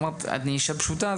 אני אישה פשוטה,